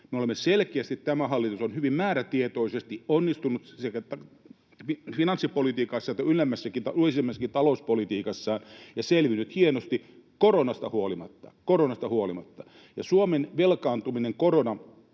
Selkeästi tämä hallitus on hyvin määrätietoisesti onnistunut sekä finanssipolitiikassa että yleisemmässäkin talouspolitiikassaan ja selvinnyt hienosti koronasta huolimatta — koronasta huolimatta. Suomi on koronan